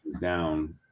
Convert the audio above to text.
down